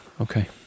Okay